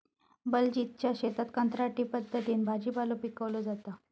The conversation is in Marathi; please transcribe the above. बलजीतच्या शेतात कंत्राटी पद्धतीन भाजीपालो पिकवलो जाता